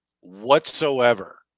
whatsoever